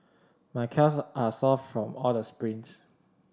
my calves are sore from all the sprints